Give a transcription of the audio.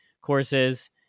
courses